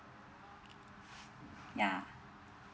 yeah